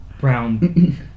brown